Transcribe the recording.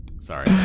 Sorry